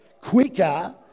quicker